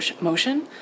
motion